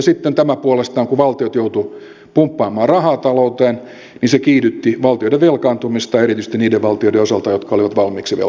sitten tämä puolestaan kun valtiot joutuivat pumppaamaan rahaa talouteen kiihdytti valtioiden velkaantumista erityisesti niiden valtioiden osalta jotka olivat valmiiksi velkaantuneita